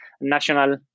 national